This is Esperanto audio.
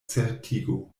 certigo